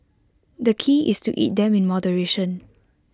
the key is to eat them in moderation